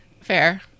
Fair